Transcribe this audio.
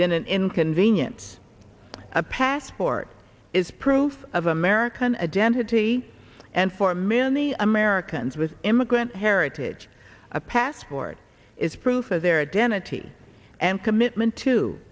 than an inconvenience a passport is proof of american a density and for a mini americans with immigrant heritage a passport is proof of their identity and commitment to